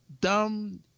dumb